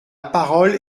parole